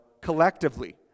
collectively